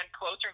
closer